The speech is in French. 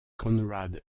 conrad